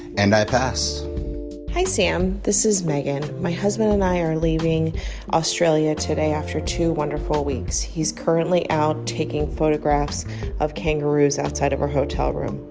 and i passed hi, sam. this is megan. my husband and i are leaving australia today after two wonderful weeks. he's currently out taking photographs of kangaroos outside of our hotel room.